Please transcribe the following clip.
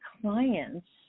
clients